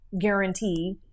guarantee